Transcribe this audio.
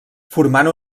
formant